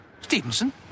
Stevenson